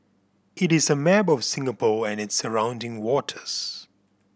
it is a map of Singapore and its surrounding waters